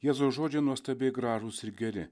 jėzaus žodžiai nuostabiai gražūs ir geri